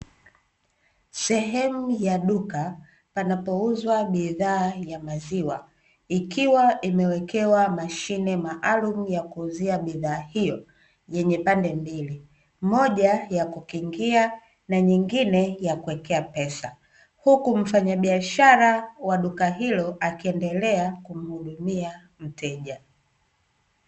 Sehemu ya duka panapouzwa bidhaa ya maziwa ikiwa imewekewa mashine maalumu ya kuuzia bidhaa hiyo yenye pande mbili, moja ya kukingia na nyingine ya kuwekea pesa, huku mfanyabiashara wa duka hilo akiendelea kumuhudumia mteja.